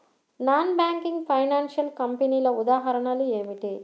Non banking financial కంపెనీల ఉదాహరణలు ఏమిటి?